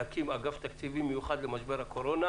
להקים אגף תקציבים מיוחד למשבר הקורונה.